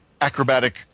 acrobatic